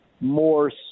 more